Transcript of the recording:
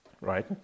Right